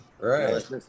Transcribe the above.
Right